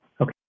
Okay